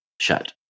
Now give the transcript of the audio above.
shut